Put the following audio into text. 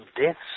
deaths